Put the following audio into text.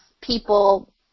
people